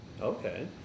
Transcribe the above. Okay